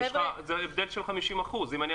זה הבדל של 50 אחוזים.